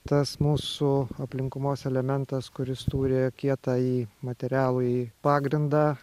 tas mūsų aplinkumos elementas kuris turi kietąjį materialųjį pagrindą